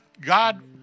God